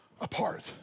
apart